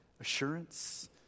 assurance